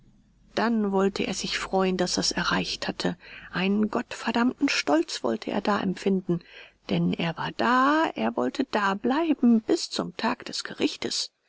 dann wollte er sich freuen daß er's erreicht hatte einen gottverdammten stolz wollte er da empfinden denn er war da er wollte dableiben bis zum tag des gerichtes